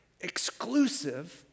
exclusive